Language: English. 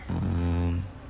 um